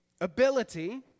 Ability